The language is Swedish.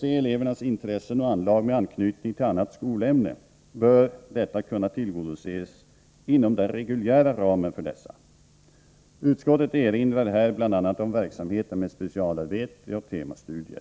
Elevernas intressen och anlag med anknytning till annat skolämne bör kunna tillgodoses inom den reguljära ramen för detta. Utskottet erinrar här bl.a. om verksamheten med specialarbete och temastudier.